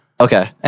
Okay